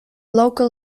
local